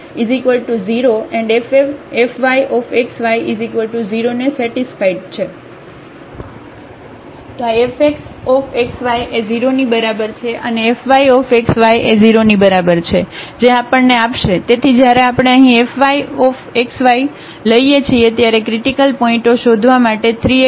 તો આ fx x y એ 0 ની બરાબર છે અને fy x y એ 0 ની બરાબર છે જે આપણને આપશે તેથી જ્યારે આપણે અહીં fy x y લઈએ છીએ ત્યારે ક્રિટીકલ પોઇન્ટઓ શોધવા માટે 3x2 30 અહીં છે